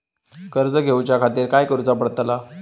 कर्ज घेऊच्या खातीर काय करुचा पडतला?